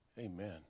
Amen